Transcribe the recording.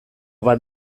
bat